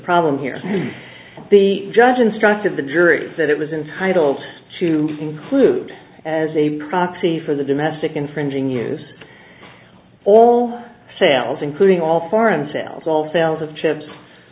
problem here the judge instructed the jury that it was entitled to conclude as a proxy for the domestic infringing use all sales including all foreign sales all sales of chips